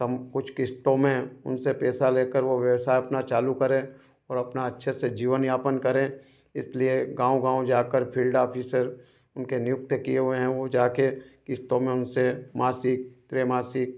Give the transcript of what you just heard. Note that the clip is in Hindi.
सम् कुछ किस्तों में उनसे पैसा लेकर वो व्यवसाय अपना चालू करें और अपना अच्छे से जीवन यापन करें इसलिए गाँव गाँव जाकर फील्ड ऑफिसर उनके नियुक्त किए हुए है वो जा कर किस्तों में उनसे मासिक त्रिमासिक